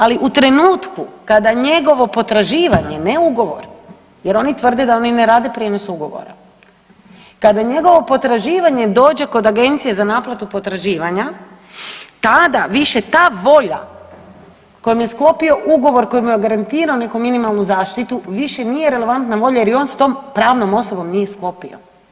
Ali u trenutku kada njegovo potraživanje, ne ugovor jer oni tvrde da oni ne rade prijenos ugovora, kada njegovo potraživanje dođe kod Agencije za naplatu potraživanja tada više ta volja kojom je sklopio ugovor koji mu je garantirao neku minimalnu zaštitu više nije relevantna volja jer je on s tom pravnom osobom nije sklopio.